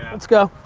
let's go.